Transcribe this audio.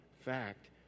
fact